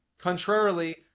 contrarily